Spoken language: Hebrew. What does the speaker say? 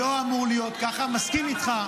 לא אמור להיות ככה, מסכים איתך.